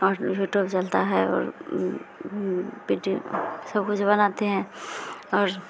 और यूटूब चलता है और बिडिओ सब कुछ बनाते हैं और